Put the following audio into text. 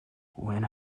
when